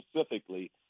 specifically